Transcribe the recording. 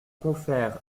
confer